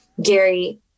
Gary